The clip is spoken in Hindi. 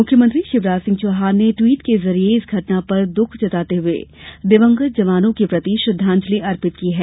मुख्यमंत्री शिवराज सिंह चौहान ने टवीट के जरिए इस घटना पर दुख जताते हुए दिवंगत जवानों के प्रति श्रद्दांजलि अर्पित की है